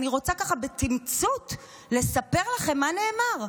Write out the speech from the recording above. אני רוצה בתמצות לספר לכם מה נאמר.